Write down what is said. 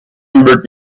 numbered